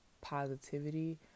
positivity